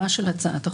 של הצעת החוק.